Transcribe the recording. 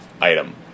item